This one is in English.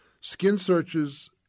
Skin-searches